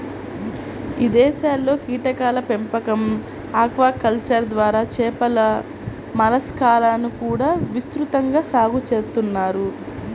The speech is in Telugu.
ఇదేశాల్లో కీటకాల పెంపకం, ఆక్వాకల్చర్ ద్వారా చేపలు, మలస్కాలను కూడా విస్తృతంగా సాగు చేత్తన్నారు